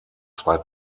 zwei